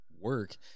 work